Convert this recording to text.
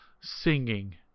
singing